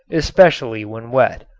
especially when wet.